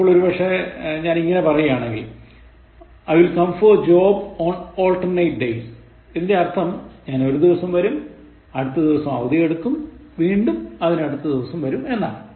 ഇപ്പോൾ ഒരുപക്ഷേ ഞാൻ ഇങ്ങനെ പറയുകയാണെങ്കിൽ I will come for the job on alternate days ഇതിന്റെ അർഥം ഞാൻ ഒരു ദിവസം വരും അടുത്ത ദിവസം അവധി എടുക്കും വീണ്ടും അതിനടുത്ത ദിവസം വരും എന്നാണ്